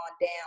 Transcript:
down